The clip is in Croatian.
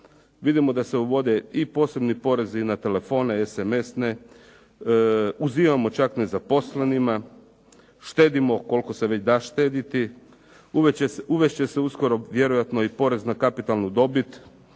Vidimo da se uvode i posebni porezi na telefone SMS-ne, uzimamo čak nezaposlenima, štedimo koliko se već da štedjeti, uvest će se uskoro vjerojatno i porez na kapitalnu dobit.